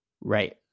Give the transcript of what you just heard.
Right